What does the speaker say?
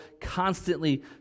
constantly